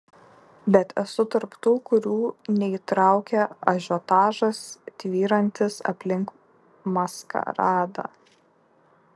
bet esu tarp tų kurių neįtraukia ažiotažas tvyrantis aplink maskaradą